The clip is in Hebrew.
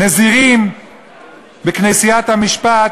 נזירים בכנסיית המשפט,